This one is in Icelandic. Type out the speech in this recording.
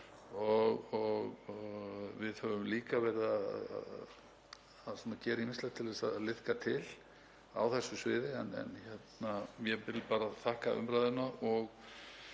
Við höfum líka verið að gera ýmislegt til að liðka til á þessu sviði. En ég vil bara þakka umræðuna,